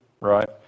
right